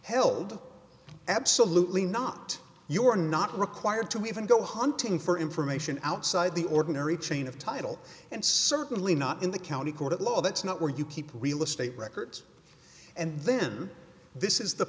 held absolutely not you are not required to even go hunting for information outside the ordinary chain of title and certainly not in the county court of law that's not where you keep real estate records and then this is the